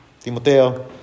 Timoteo